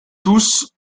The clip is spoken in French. tous